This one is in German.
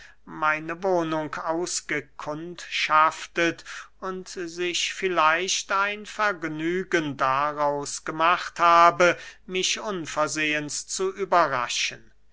meine wohnung ausgekundschaftet und sich vielleicht ein vergnügen daraus gemacht habe mich unversehens zu überraschen